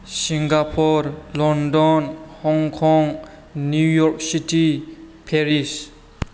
Singapore London Hong Kong New York City Paris